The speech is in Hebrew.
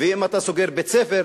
ואם אתה סוגר בית-ספר,